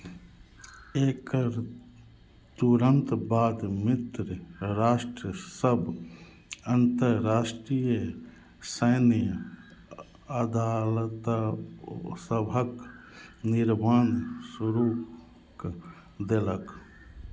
एकर तुरन्त बाद मित्र राष्ट्रसभ अन्तर्राष्ट्रीय सैन्य अदालत ओ सभक निर्माण शुरू कऽ देलक